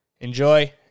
Enjoy